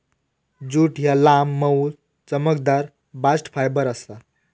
jute ह्या लांब, मऊ, चमकदार बास्ट फायबर आसा